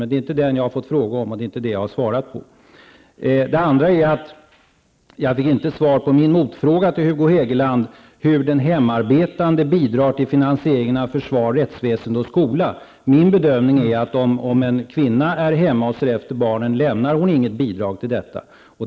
Men det är inte den jag har fått en fråga om, och det är inte den jag tar upp i mitt svar. Jag fick inte svar på min motfråga till Hugo Hegeland om hur den hemarbetande bidrar till finansieringen av försvar, rättsväsende och skola. Min bedömning är att om en kvinna är hemma och ser efter barnen lämnar hon inget bidrag till till detta.